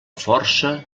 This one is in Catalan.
força